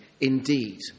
indeed